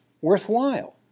worthwhile